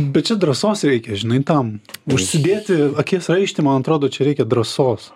bet čia drąsos reikia žinai tam užsidėti akies raištį man atrodo čia reikia drąsos